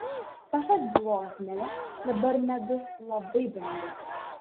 pasak bloznelio dabar medus labai brangus